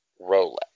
Rolex